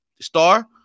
star